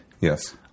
Yes